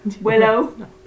Willow